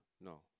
No